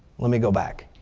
let me go back.